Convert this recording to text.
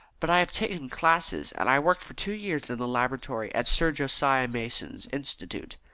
but i have taken classes, and i worked for two years in the laboratory at sir josiah mason's institute.